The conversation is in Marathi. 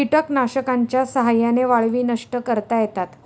कीटकनाशकांच्या साह्याने वाळवी नष्ट करता येतात